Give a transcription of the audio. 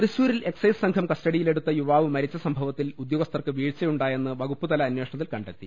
തൃശൂരിൽ എക്സൈസ് സംഘം കസ്റ്റഡിയിലെടുത്ത യുവാവ് മരിച്ച സംഭവത്തിൽ ഉദ്യോഗസ്ഥർക്ക് വീഴ്ച്ചയുണ്ടായെന്ന് വകുപ്പുതല അന്വേഷണത്തിൽ കണ്ടെത്തി